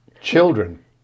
Children